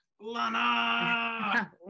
Lana